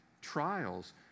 trials